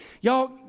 Y'all